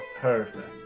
Perfect